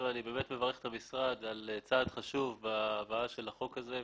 מברך את המשרד על ההבאה של החוק הזה,